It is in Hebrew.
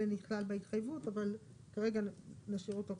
נכלל בהתחייבות אבל כרגע נשאיר אותו כאן.